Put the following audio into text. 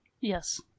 Yes